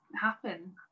happen